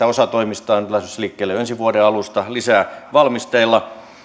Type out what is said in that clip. osa toimista on lähdössä liikkeelle jo ensi vuoden alusta lisää valmisteilla